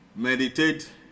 Meditate